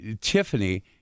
Tiffany